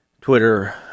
Twitter